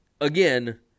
again